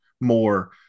more